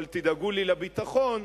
אבל תדאגו לי לביטחון",